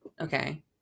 Okay